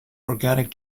organic